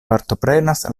partoprenas